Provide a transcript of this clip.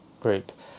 group